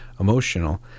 Emotional